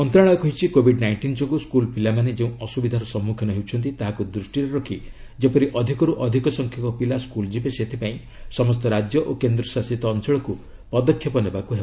ମନ୍ତ୍ରଣାଳୟ କହିଛି Covid nineteen ଯୋଗୁଁ ସ୍କୁଲ ପିଲାମାନେ ଯେଉଁ ଅସୁବିଧାର ସମ୍ମୁଖୀନ ହେଉଛନ୍ତି ତାହାକୁ ଦୃଷ୍ଟିରେ ରଖି ଯେପରି ଅଧିକରୁ ଅଧିକ ସଂଖ୍ୟକ ପିଲା ସ୍କୁଲ ଯିବେ ସେଥିପାଇଁ ସମସ୍ତ ରାଜ୍ୟ ଓ କେନ୍ଦ୍ରଶାସିତ ଅଞ୍ଚଳକୁ ପଦକ୍ଷେପ ନେବାକୁ ହେବ